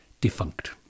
defunct